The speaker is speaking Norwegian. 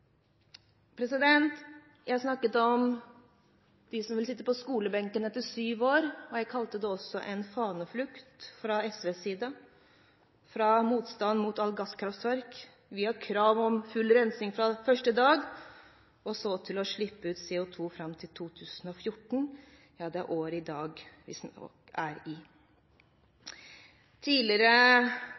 Jeg snakket om dem som ville sitte på skolebenken etter syv år, og jeg kalte det også en faneflukt fra SVs side – fra motstand mot gasskraftverk, via krav om full rensing fra første dag, til å slippe ut CO2 fram til 2014. Det året vi i dag er inne i. Tidligere